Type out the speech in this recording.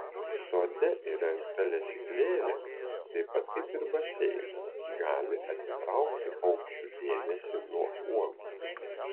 sode įrengta lesyklėlė taip pat kaip ir baseinas gali atitraukti paukščių dėmesį nuo uogų